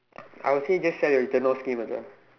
I would say just sell your scheme Macha